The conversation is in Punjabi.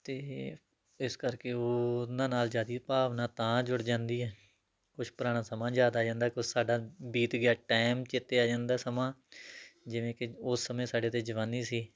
ਅਤੇ ਇਸ ਕਰਕੇ ਓ ਉਹਨਾਂ ਨਾਲ ਜ਼ਿਆਦਾ ਭਾਵਨਾ ਤਾਂ ਜੁੜ ਜਾਂਦੀ ਹੈ ਕੁਛ ਪੁਰਾਣਾ ਸਮਾਂ ਯਾਦ ਆ ਜਾਂਦਾ ਹੈ ਕੁਛ ਸਾਡਾ ਬੀਤ ਗਿਆ ਟਾਇਮ ਚੇਤੇ ਆ ਜਾਂਦਾ ਸਮਾਂ ਜਿਵੇਂ ਕਿ ਉਸ ਸਮੇਂ ਸਾਡੇ 'ਤੇ ਜਵਾਨੀ ਸੀ